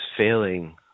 failing